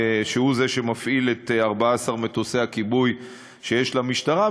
שהוא זה שמפעיל את 14 מטוסי הכיבוי שיש למשטרה.